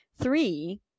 Three